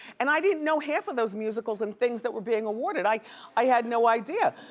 and i didn't know half of those musicals and things that were being awarded. i i had no idea.